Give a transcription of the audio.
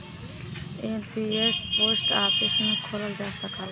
NPS post office में खोलल जा सकला